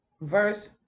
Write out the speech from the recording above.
verse